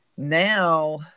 Now